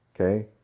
Okay